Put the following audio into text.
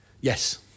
Yes